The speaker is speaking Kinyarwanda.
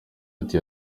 ati